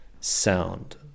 sound